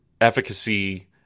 efficacy –